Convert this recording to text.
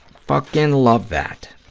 fuckin' love that.